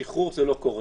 על שחרור זה לא קורה,